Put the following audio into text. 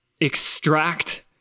extract